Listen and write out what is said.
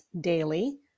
daily